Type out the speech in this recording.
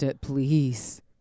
please